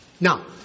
Now